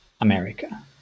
America